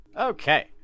Okay